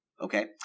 Okay